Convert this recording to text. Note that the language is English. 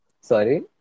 Sorry